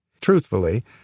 Truthfully